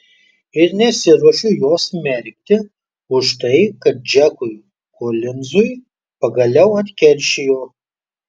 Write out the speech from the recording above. ir nesiruošiu jos smerkti už tai kad džekui kolinzui pagaliau atkeršijo